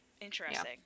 Interesting